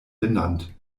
benannt